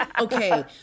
Okay